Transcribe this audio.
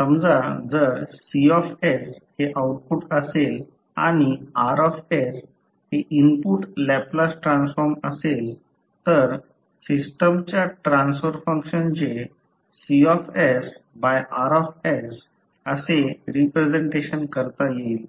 समजा जर C हे आउटपुट असेल आणि R हे इनपुट लॅपलास ट्रान्सफॉर्म असेल तर सिस्टमच्या ट्रान्सफर फंक्शनचे C R असे रिप्रेझेंटेशन करता येईल